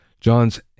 John's